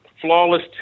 flawless